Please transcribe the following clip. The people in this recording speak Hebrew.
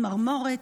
צמרמורת,